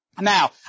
Now